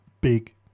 Big